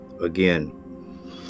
again